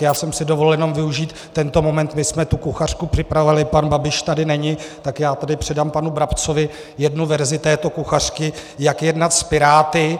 Já jsem si dovolil využít tento moment, my jsme tu kuchařku připravovali pan Babiš tady není, tak já tady předám panu Brabcovi jednu verzi této kuchařky Jak jednat s Piráty.